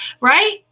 right